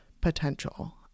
potential